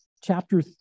chapter